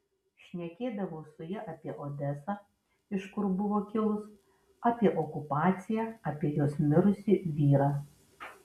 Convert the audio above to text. šnekėdavau su ja apie odesą iš kur buvo kilus apie okupaciją apie jos mirusį vyrą